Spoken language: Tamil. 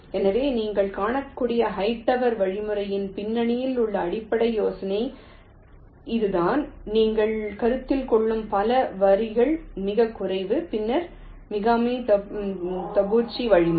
எனவே நீங்கள் காணக்கூடிய ஹைட்டவரின் வழிமுறையின் பின்னணியில் உள்ள அடிப்படை யோசனை இதுதான் நீங்கள் கருத்தில் கொள்ளும் பல வரிகள் மிகக் குறைவு பின்னர் மிகாமிடபூச்சி வழிமுறை